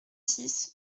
six